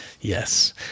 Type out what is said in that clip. Yes